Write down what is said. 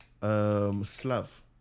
Slav